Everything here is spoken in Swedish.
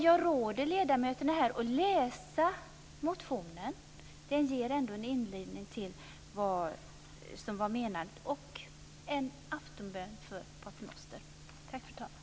Jag råder dock ledamöterna här att läsa motionen som ändå ger en inledning till vad som var menat. Dessutom har vi här en aftonbön för Pater Noster. Tack, fru talman!